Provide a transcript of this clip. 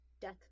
Death